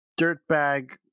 dirtbag